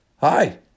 Hi